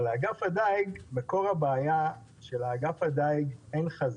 אבל מקור הבעיה של אגף הדיג אין חזון,